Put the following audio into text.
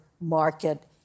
market